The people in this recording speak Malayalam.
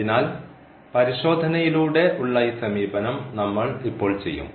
അതിനാൽ പരിശോധനയിലൂടെ ഉള്ള ഈ സമീപനം നമ്മൾ ഇപ്പോൾ ചെയ്യും